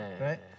right